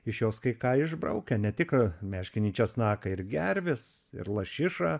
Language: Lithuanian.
iš jos kai ką išbraukę ne tik meškinį česnaką ir gerves ir lašišą